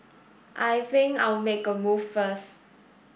I think I'll make a move first